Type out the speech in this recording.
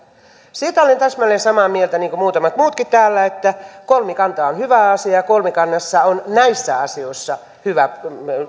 siitä olen täsmälleen samaa mieltä niin kuin muutamat muutkin täällä että kolmikanta on hyvä asia ja kolmikannassa on näissä asioissa